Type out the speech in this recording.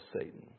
Satan